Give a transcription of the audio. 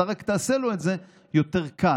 אתה רק תעשה לו את זה יותר קל,